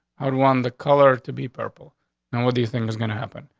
i would want the color to be purple now, what do you think is gonna happen?